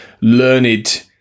learned